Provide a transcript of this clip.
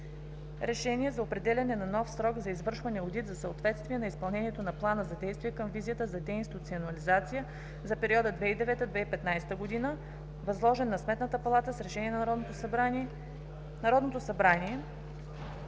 РЕШЕНИЕ за определяне на нов срок за извършване одит за съответствие на изпълнението на Плана за действие към Визията за деинституционализация за периода 2009 – 2015 г., възложен на Сметната палата с Решение на Народното събрание